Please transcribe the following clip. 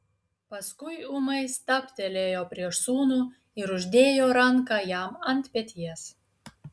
paskui ūmai stabtelėjo prieš sūnų ir uždėjo ranką jam ant peties